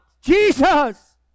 Jesus